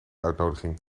uitnodiging